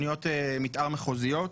תוכניות מתאר מחוזיות?